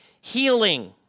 healing